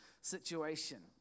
situation